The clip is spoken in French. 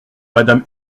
madame